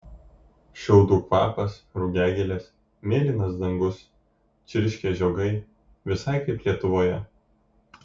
šiaudų kvapas rugiagėlės mėlynas dangus čirškia žiogai visai kaip lietuvoje